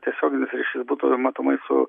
tiesioginis ryšys būtų matomai su